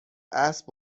اسب